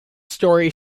story